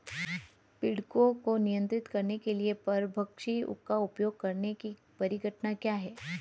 पीड़कों को नियंत्रित करने के लिए परभक्षी का उपयोग करने की परिघटना क्या है?